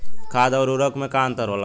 खाद्य आउर उर्वरक में का अंतर होला?